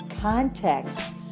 context